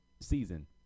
season